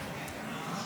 אדוני